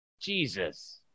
jesus